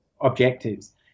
objectives